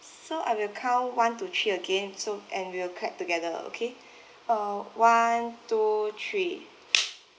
so I will count one to three again so and we'll clap together okay uh one two three